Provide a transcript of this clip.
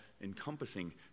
encompassing